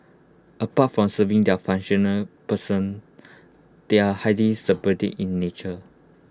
apart from serving their functional person they are highly in nature